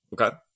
Okay